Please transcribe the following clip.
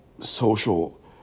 social